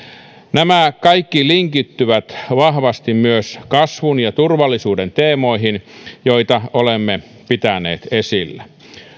nämä kaikki linkittyvät vahvasti myös kasvun ja turvallisuuden teemoihin joita olemme pitäneet esillä